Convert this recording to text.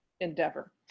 endeavor